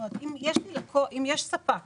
אם יש ספק